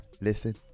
listen